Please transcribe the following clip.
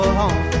home